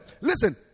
Listen